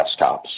desktops